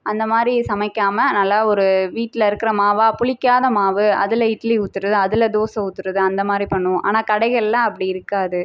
அந்தமாதிரி சமைக்காமல் நல்லா ஒரு வீட்டில இருக்கிற மாவாக புளிக்காத மாவு அதில் இட்லி ஊத்துகிறது அதில் தோசை ஊத்துகிறது அந்தமாதிரி பண்ணுவோம் ஆனால் கடைகள்லாம் அப்படி இருக்காது